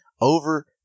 Over